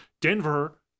Denver